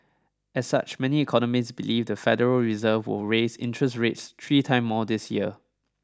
as such many economists believe the Federal Reserve will raise interest rates three time more this year